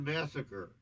Massacre